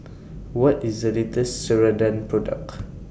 What IS The latest Ceradan Product